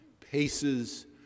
paces